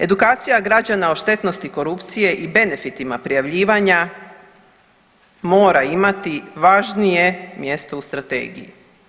Edukacija građana o štetnosti korupcije i benefitima prijavljivanja mora imati važnije mjesto u strategiji.